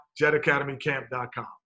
jetacademycamp.com